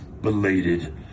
belated